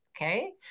Okay